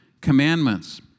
commandments